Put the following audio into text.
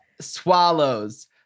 swallows